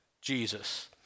Jesus